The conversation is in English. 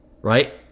right